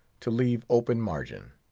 to leave open margin.